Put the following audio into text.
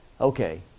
Okay